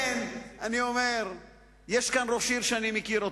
יש כאן ראש עיר שאני מכיר אותו,